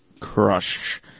Crush